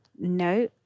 No